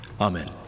Amen